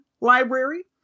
library